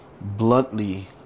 bluntly